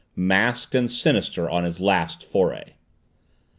masked and sinister, on his last foray!